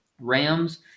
Rams